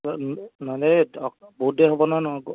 ন নহ'লে এই বহুত দেৰি হ'ব নহয় আকৌ